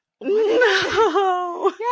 No